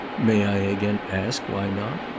may i again ask, why not?